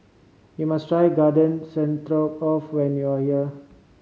you must try Garden Stroganoff when you are here